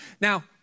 Now